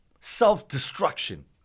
self-destruction